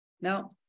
Now